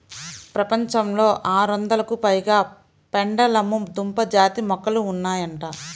ప్రపంచంలో ఆరొందలకు పైగా పెండలము దుంప జాతి మొక్కలు ఉన్నాయంట